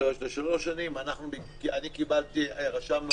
אנחנו רשמנו